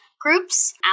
groups